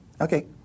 Okay